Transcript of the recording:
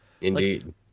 indeed